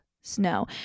snow